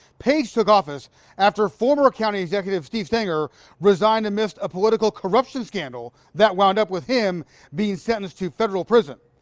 page took office after former county executive steve sanger resigned amidst a political corruption scandal that wound up with him these sentenced to federal prison.